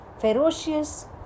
ferocious